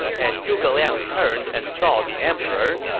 and zhuge liang turned and saw the emperor.